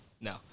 no